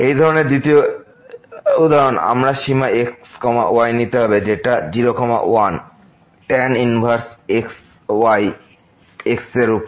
এই ধরনের দ্বিতীয় উদাহরণ আমরা সীমা x y নিতে হবে যেটা যায় 0 1 tan ইনভারস y xএর উপর